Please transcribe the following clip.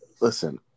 Listen